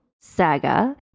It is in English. Saga